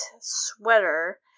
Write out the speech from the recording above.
sweater